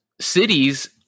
cities